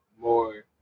more